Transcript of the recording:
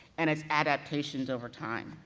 and its adaptations over time.